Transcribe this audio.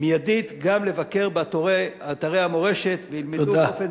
מיידית גם לבקר באתרי המורשת וילמדו באופן